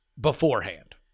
beforehand